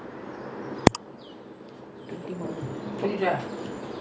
ya lah என்ன அந்த காலத்துல வருவாரு நம்ம வீட்டுக்கு:enna antha kaalathula varuvaaru namma veetukku